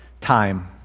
time